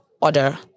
order